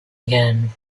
again